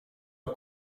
een